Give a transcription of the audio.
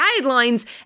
guidelines